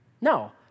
No